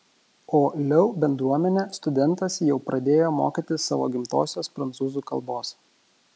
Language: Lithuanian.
o leu bendruomenę studentas jau pradėjo mokyti savo gimtosios prancūzų kalbos